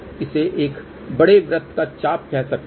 तो आप इसे एक बड़े वृत्त का चाप कह सकते हैं